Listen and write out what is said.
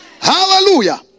hallelujah